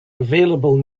available